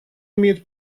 имеет